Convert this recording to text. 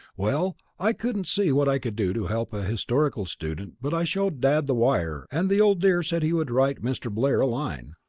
well, i couldn't see what i could do to help a historical student but i showed dad the wire and the old dear said he would write mr. blair a line.